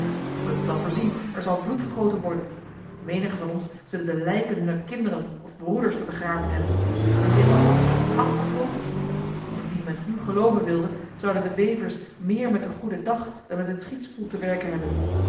want gij kunt het wel voorzien er zal bloed vergoten worden menigen van ons zullen de lijken hunner kinderen of broeders te begraven hebben en dit al om acht groten indien men u geloven wilde zouden de wevers meer met de goedendag dan met het schietspoel te werken hebben